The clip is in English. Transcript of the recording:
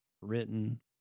written